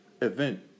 event